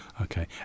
Okay